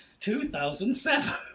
2007